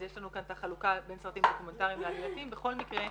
אז יש לנו כאן את החלוקה בין סרטים דוקומנטריים ל- -- בכל מקרה,